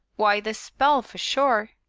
why, the spell, for sure.